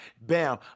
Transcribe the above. Bam